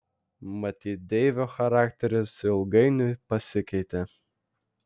matyt deivio charakteris ilgainiui pasikeitė